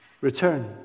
return